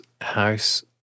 house